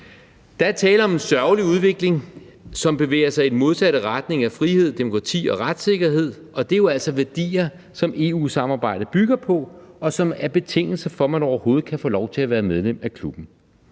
Der er tale om en sørgelig udvikling, som bevæger sig i den modsatte retning af frihed, demokrati og retssikkerhed, og det er jo altså værdier, som EU-samarbejdet bygger på, og som er betingelser for, at man overhovedet kan få lov til at være medlem af klubben.